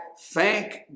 Thank